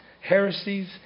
heresies